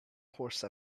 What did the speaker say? horse